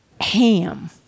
Ham